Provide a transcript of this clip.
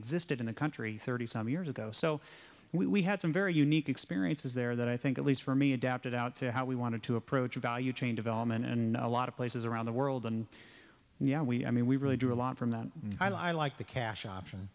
existed in the country thirty some years ago so we had some very unique experiences there that i think at least for me adapted out to how we wanted to approach a value chain development in a lot of places around the world and yeah we mean we really do a lot from that i lie like the cash option